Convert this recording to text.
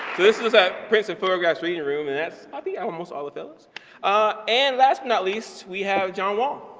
this is a prints and photographs reading room and that's, i think almost all of those ah and last but not least, we have john wang.